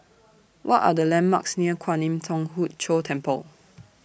What Are The landmarks near Kwan Im Thong Hood Cho Temple